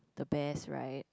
the best right